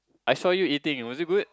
I saw you eating was it good